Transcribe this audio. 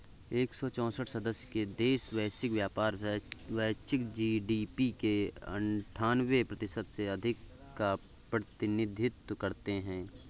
एक सौ चौसठ सदस्य देश वैश्विक व्यापार, वैश्विक जी.डी.पी के अन्ठान्वे प्रतिशत से अधिक का प्रतिनिधित्व करते हैं